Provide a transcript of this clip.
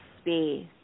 space